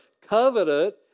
covenant